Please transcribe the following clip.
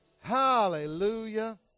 Hallelujah